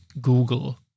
Google